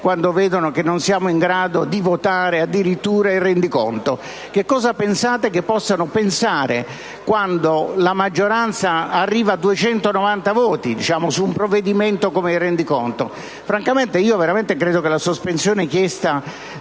quando vedono che non siamo in grado di approvare addirittura il rendiconto? Cosa possono pensare quando la maggioranza arriva a 290 voti su un provvedimento come il rendiconto? Francamente, credo che la sospensione chiesta